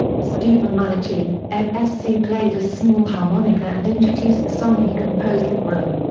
stephen malachy, f s c. played a small harmonica and introduced the song he composed with bro.